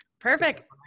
Perfect